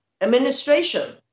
administration